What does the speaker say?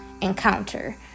encounter